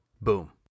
Boom